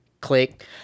Click